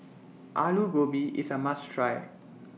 Alu Gobi IS A must Try